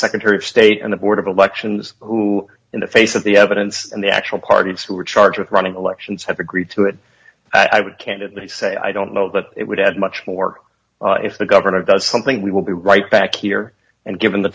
secretary of state and the board of elections who in the face of the evidence and the actual parties who are charged with running elections have agreed to it i would candidly say i don't know that it would add much more if the governor does something we will be right back here and given the